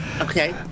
Okay